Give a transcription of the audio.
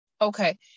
Okay